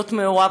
להיות מעורב.